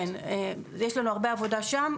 כן, יש לנו הרבה עבודה שם.